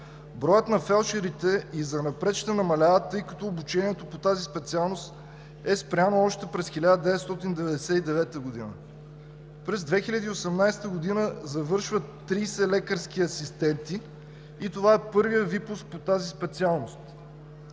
Броят на фелдшерите и занапред ще намалява, тъй като обучението по тази специалност е спряна още през 1999 г. През 2018 г. завършват 30 лекарски асистенти и това е първият випуск по тази специалност.